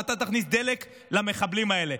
ואתה תכניס דלק למחבלים האלה.